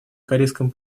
корейском